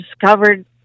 Discovered